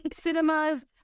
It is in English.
cinemas